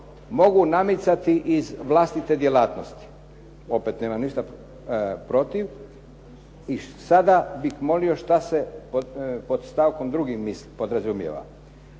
mogu namicati iz vlastite djelatnosti. Opet nemam ništa protiv i sada bih molio šta se pod stavkom drugim misli, podrazumijeva.